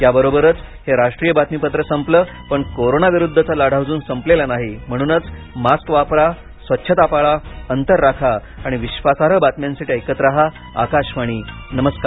याबरोबरच हे राष्ट्रीय बातमीपत्र संपलं पण कोरोना विरुद्धचा लढा अज्न संपलेला नाही म्हणूनच मास्क वापरा स्वच्छता पाळा अंतर राखा आणि विश्वासार्ह बातम्यांसाठी ऐकत रहा आकाशवाणी नमस्कार